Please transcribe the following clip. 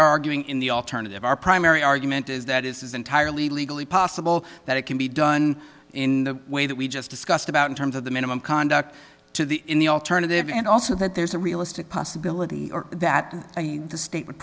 arguing in the alternative our primary argument is that is entirely legally possible that it can be done in the way that we just discussed about in terms of the minimum conduct to the in the alternative and also that there's a realistic possibility that the state would